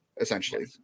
essentially